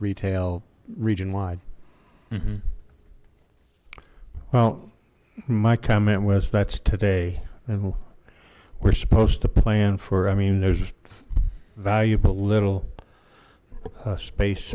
retail region wide mm hmm well my comment was that's today and we're supposed to plan for i mean there's valuable little space